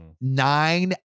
nine